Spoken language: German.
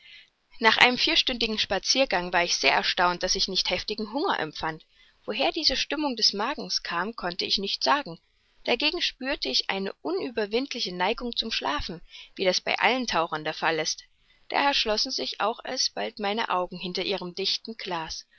nach einem vierstündigen spaziergang war ich sehr erstaunt daß ich nicht heftigen hunger empfand woher diese stimmung des magens kam konnte ich nicht sagen dagegen spürte ich eine unüberwindliche neigung zum schlafen wie das bei allen tauchern der fall ist daher schlossen sich auch alsbald meine augen hinter ihrem dichten glas